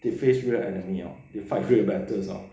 they face weird enemy hor they fight great battles orh